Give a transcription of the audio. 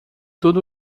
tudo